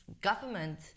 government